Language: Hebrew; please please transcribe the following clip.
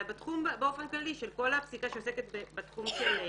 אלא באופן כללי בפסיקה שעוסקת בתחום של הסכמה,